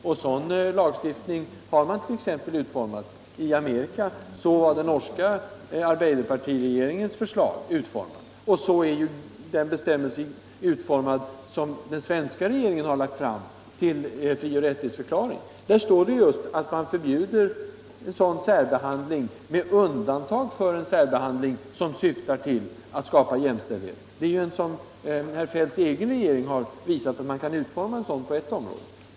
En sådan lagstiftning har man t.ex. utformat i Amerika, så var den norska arbejderpartiregeringens förslag utformat, och så är det förslag ull fri och rättighetsförklaring utformat som den svenska regeringen lagt fram. Där stadgas det just förbud mot särbehandling, med undantag för en särbehandling som syftar till att skapa jämställdhet. Herr Feldts egen regering har alltså visat au man kan utforma lagstifiningen på cwuw område så.